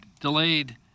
delayed